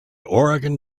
oregon